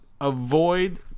Avoid